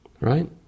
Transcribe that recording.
Right